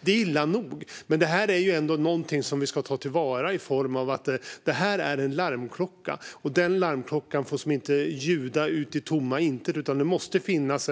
Det är illa nog, men det här är ändå någonting som vi ska ta till vara i form av att det är en larmklocka. Och den larmklockan får inte ljuda ut i tomma intet, utan det måste finnas